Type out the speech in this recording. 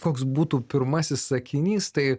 koks būtų pirmasis sakinys tai